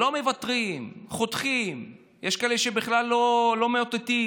לא מוותרים, חותכים, יש כאלה שבכלל לא מאותתים,